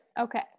Okay